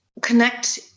connect